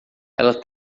ela